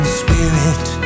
spirit